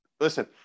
Listen